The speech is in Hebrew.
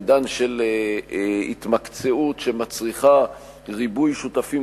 העידן של ההתמקצעות שמצריכה ריבוי שותפים,